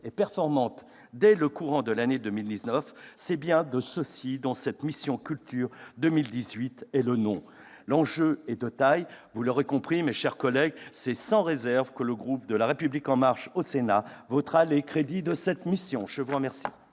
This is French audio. et performante dès le courant de l'année 2019, c'est bien cela dont la mission « culture » pour 2018 est le nom. L'enjeu est de taille. Vous l'aurez compris, mes chers collègues, c'est sans réserve que le groupe La République En Marche votera les crédits de cette mission. La parole